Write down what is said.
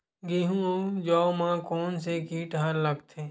गेहूं अउ जौ मा कोन से कीट हा लगथे?